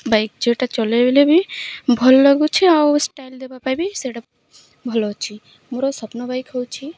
bike ଯେଉଁଟା ଚଲେଇଲେ ବି ଭଲ ଲାଗୁଛି ଆଉ ଷ୍ଟାଇଲ୍ ଦେବା ପାଇଁ ବି ସେଇଟା ଭଲ ଅଛି ମୋର ସ୍ୱପ୍ନ ବାଇକ୍ ହେଉଛି